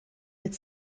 mit